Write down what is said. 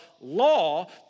law